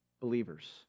believers